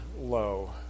low